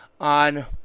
on